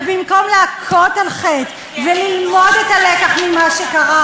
ובמקום להכות על חטא וללמוד את הלקח ממה שקרה,